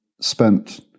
spent